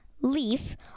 leaf